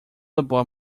above